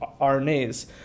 RNAs